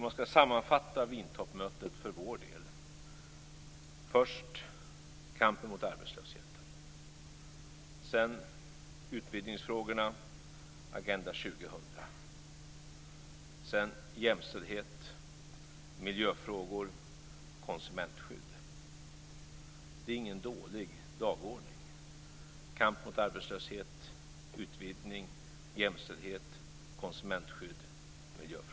Jag skall sammanfatta Wientoppmötet för vår del: Först kampen mot arbetslösheten, sedan utvidgningsfrågorna och Agenda 2000, sedan jämställdhet, miljöfrågor och konsumentskydd. Det är ingen dålig dagordning: kampen mot arbetslöshet, utvidgning, jämställdhet, konsumentskydd och miljöfrågor.